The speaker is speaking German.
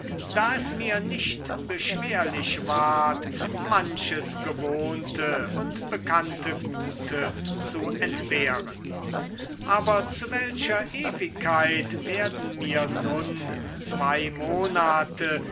da es mir nicht beschwerlich ward manches gewohnte und bekannte gute zu entbehren aber zu welcher ewigkeit werden mir nun zwei monate